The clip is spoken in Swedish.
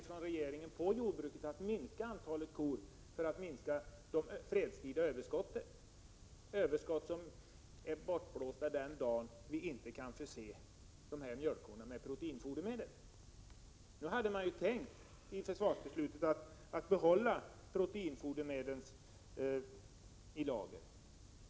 ett krav som regeringen har ställt på jordbruket för att kunna minska de fredstida överskotten, överskott som är som bortblåsta den dag vi inte kan förse dessa mjölkkor med proteinfodermedel. Enligt försvarsbeslutet var det ju tänkt att proteinfodermedlen skulle behållas i lager.